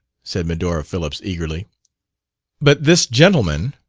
said medora phillips eagerly but this gentleman.